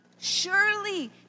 surely